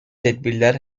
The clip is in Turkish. tedbirler